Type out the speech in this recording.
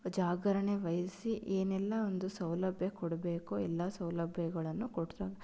ಜಾಗರಣೆವಹಿಸಿ ಏನೆಲ್ಲ ಒಂದು ಸೌಲಭ್ಯ ಕೊಡಬೇಕು ಎಲ್ಲ ಸೌಲಭ್ಯಗಳನ್ನು ಕೊಡು